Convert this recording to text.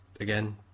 again